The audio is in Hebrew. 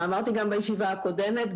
אמרתי גם בישיבה הקודמת,